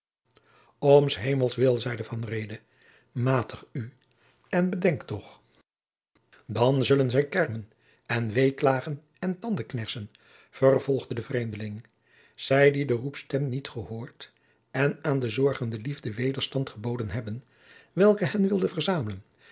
s hemels wil zeide van reede matig u en bedenk toch dan zullen zij kermen en weeklagen en tandenknerssen vervolgde de vreemdeling zij die de roepstem niet gehoord en aan de zorgende liefde wederstand geboden hebben welke hen wilde verzamelen